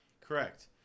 Correct